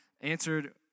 answered